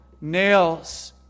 nails